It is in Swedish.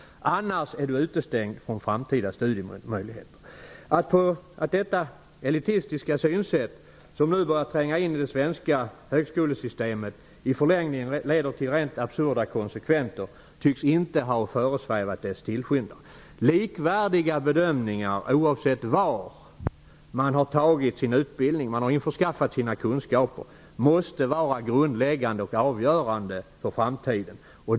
Annars är du utestängd från framtida studiemöjligheter. Att detta elitistiska synsätt som nu har börjat tränga in i det svenska högskolesystemet i förlängningen leder till rent absurda konsekvenser tycks inte ha föresvävat dess tillskyndare. Likvärdiga bedömningar, oavsett var man har införskaffat sina kunskaper, måste vara grundläggande och avgörande för framtiden.